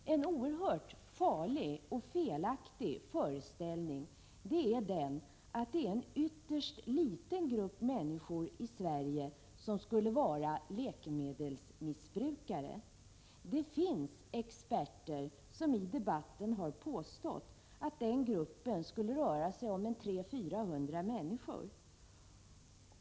En farlig och felaktig föreställning är att det är en ytterst liten grupp människor i Sverige som skulle vara ”läkemedelsmissbrukare”. Det finns experter som i debatten har påstått att den gruppen skulle omfatta 300-400 människor.